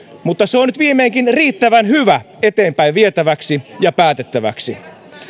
mutta se on nyt viimeinkin riittävän hyvä eteenpäin vietäväksi ja päätettäväksi